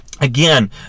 again